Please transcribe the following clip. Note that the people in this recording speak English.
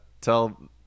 tell